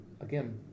Again